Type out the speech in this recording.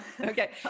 Okay